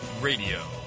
Radio